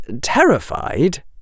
terrified